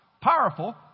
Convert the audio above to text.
powerful